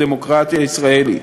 בדמוקרטיה הישראלית.